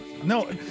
No